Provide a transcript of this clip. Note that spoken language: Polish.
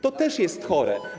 To też jest chore.